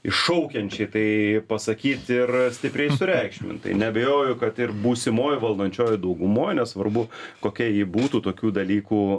iššaukiančiai tai pasakyt ir stipriai sureikšmint tai neabejoju kad ir būsimoj valdančiojoj daugumoj nesvarbu kokia ji būtų tokių dalykų